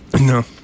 No